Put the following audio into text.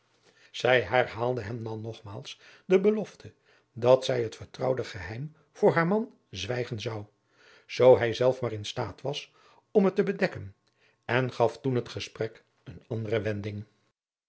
zij herhaalde hem dan nogmaals de belofte dat zij het vertrouwde geheim voor haar man zwijgen zou zoo hij zelf maar in staat was om het te bedekken en gaf toen het gesprek eene andere wending